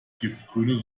giftgrüne